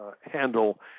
handle